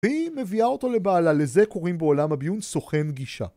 והיא מביאה אותו לבעלה. לזה קוראים בעולם הביון סוכן גישה.